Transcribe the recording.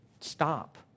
Stop